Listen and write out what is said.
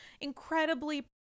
incredibly